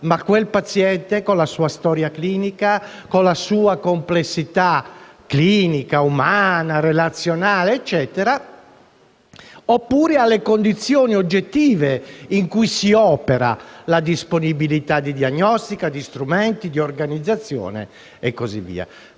ma quel paziente, con la sua storia clinica, con la sua complessità clinica, umana, relazionale e quant'altro oppure alle condizioni oggettive in cui si opera: la disponibilità di diagnostica, di strumenti, di organizzazione e così via.